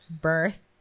Birth